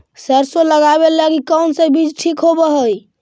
सरसों लगावे लगी कौन से बीज ठीक होव हई?